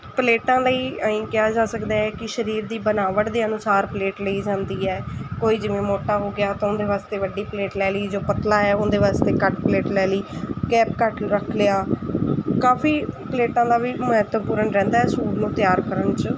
ਪਲੇਟਾਂ ਲਈ ਇਹੀ ਕਿਹਾ ਜਾ ਸਕਦਾ ਕਿ ਸਰੀਰ ਦੀ ਬਣਾਵਟ ਦੇ ਅਨੁਸਾਰ ਪਲੇਟ ਲਈ ਜਾਂਦੀ ਹੈ ਕੋਈ ਜਿਵੇਂ ਮੋਟਾ ਹੋ ਗਿਆ ਤਾਂ ਉਹਦੇ ਵਾਸਤੇ ਵੱਡੀ ਪਲੇਟ ਲੈ ਲਈ ਜੋ ਪਤਲਾ ਹੈ ਉਹਦੇ ਵਾਸਤੇ ਘੱਟ ਪਲੇਟ ਲੈ ਲਈ ਗੈਪ ਘੱਟ ਰੱਖ ਲਿਆ ਕਾਫੀ ਪਲੇਟਾਂ ਦਾ ਵੀ ਮਹੱਤਵਪੂਰਨ ਰਹਿੰਦਾ ਸੂਟ ਨੂੰ ਤਿਆਰ ਕਰਨ 'ਚ